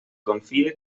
confie